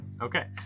Okay